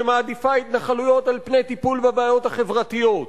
שמעדיפה התנחלויות על פני טיפול בבעיות החברתיות.